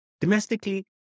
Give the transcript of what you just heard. Domestically